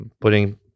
putting